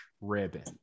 ribbon